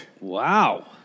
Wow